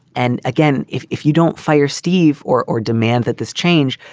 and again, if if you don't fire steve or or demand that this change,